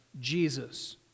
Jesus